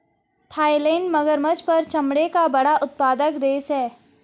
Thailand मगरमच्छ पर चमड़े का बड़ा उत्पादक देश है